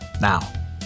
Now